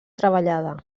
treballada